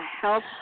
health